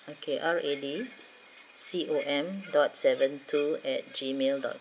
okay R A D C O M dot seven two at gmail dot